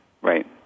right